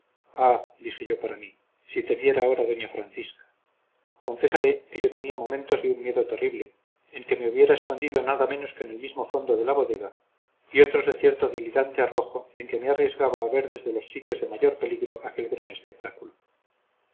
dije yo para mí si te viera ahora doña francisca confesaré que yo tenía momentos de un miedo terrible en que me hubiera escondido nada menos que en el mismo fondo de la bodega y otros de cierto delirante arrojo en que me arriesgaba a ver desde los sitios de mayor peligro aquel gran espectáculo